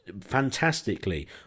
fantastically